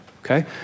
Okay